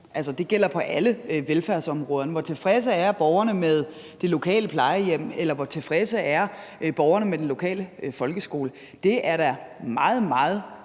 Det gælder på alle velfærdsområderne. Hvor tilfredse borgerne er med det lokale plejehjem, eller hvor tilfredse borgerne er med den lokale folkeskole, er da meget, meget